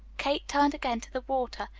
kate turned again to the water,